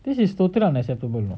this is totally unacceptable you know